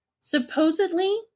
Supposedly